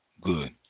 Good